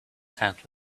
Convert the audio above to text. tent